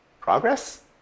progress